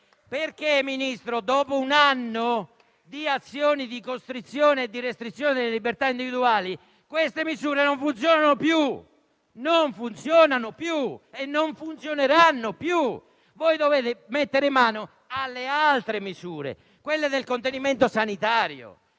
perché, dopo un anno di azioni di costrizione e di restrizione delle libertà individuali, queste misure non funzionano più e non funzioneranno più. Dovete mettere mano alle altre misure, quelle del contenimento sanitario.